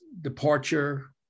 departure